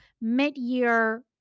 mid-year